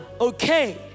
okay